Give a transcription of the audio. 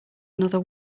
another